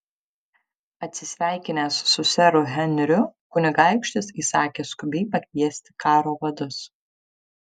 atsisveikinęs su seru henriu kunigaikštis įsakė skubiai pakviesti karo vadus